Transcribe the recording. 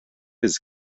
his